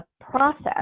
process